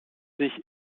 sich